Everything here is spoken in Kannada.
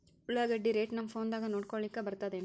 ಉಳ್ಳಾಗಡ್ಡಿ ರೇಟ್ ನಮ್ ಫೋನದಾಗ ನೋಡಕೊಲಿಕ ಬರತದೆನ್ರಿ?